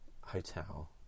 hotel